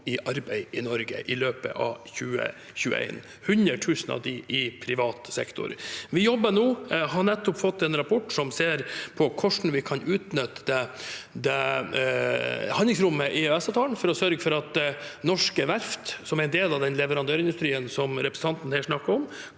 i arbeid i Norge i løpet av 2021, 100 000 av dem i privat sektor. Vi jobber nå med og har nettopp fått en rapport som ser på hvordan vi kan utnytte handlingsrommet i EØS-avtalen for å sørge for at norske verft, som er del av den leverandørindustrien som representanten snakker om,